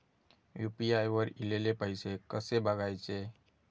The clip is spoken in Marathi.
यू.पी.आय वर ईलेले पैसे कसे बघायचे?